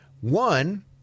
One